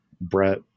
Brett